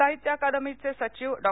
साहित्य अकादमीचे सचिव डॉ